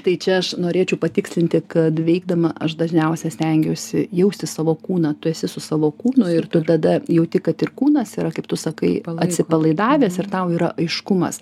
tai čia aš norėčiau patikslinti kad veikdama aš dažniausia stengiuosi jausti savo kūną tu esi su savo kūnu ir tu tada jauti kad ir kūnas yra kaip tu sakai atsipalaidavęs ir tau yra aiškumas